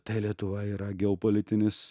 tai lietuva yra geopolitinis